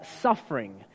suffering